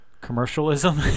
commercialism